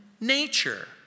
nature